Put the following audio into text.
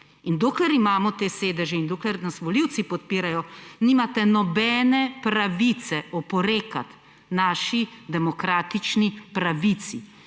dokler imamo te sedeže in dokler nas volivci podpirajo, nimate nobene pravice oporekati naši demokratični pravici,